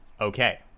okay